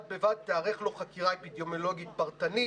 בד בבד תיערך לו חקירה אפידמיולוגית פרטנית,